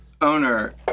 owner